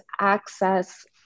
access